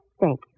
Thank